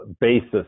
basis